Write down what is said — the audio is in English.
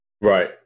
right